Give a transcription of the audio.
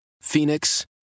Phoenix